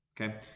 Okay